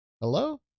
Hello